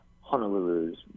Honolulu's